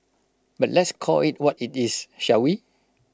but let's call IT what IT is shall we